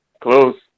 Close